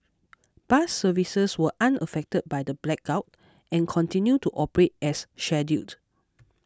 bus services were unaffected by the blackout and continued to operate as scheduled